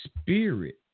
spirit